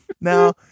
Now